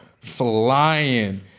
flying